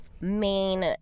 main